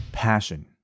passion